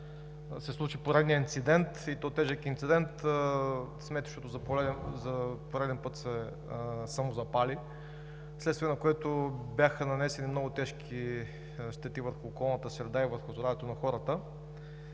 се случи поредният инцидент, и то тежък инцидент – сметището за пореден път се самозапали, вследствие на което бяха нанесени много тежки щети върху околната среда и върху здравето на хората.